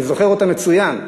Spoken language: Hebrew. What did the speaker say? אני זוכר אותה מצוין.